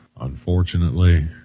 unfortunately